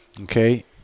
okay